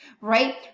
right